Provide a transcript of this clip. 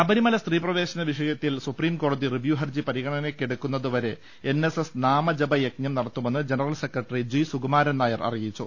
ശബരിമല സ്ത്രീ പ്രവേശന വിഷയ്ത്തിൽ സുപ്രീംകോടതി റിവ്യൂ ഹർജി പരിഗണനയ്ക്കെടുക്കുന്നതു വരെ എൻ എസ് എസ് നാമജപയജ്ഞം നടത്തുമെന്ന് general secretary G Sukumaran Nair അറിയിച്ചു